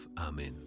Amen